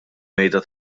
mejda